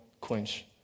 quench